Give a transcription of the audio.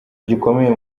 gikomeye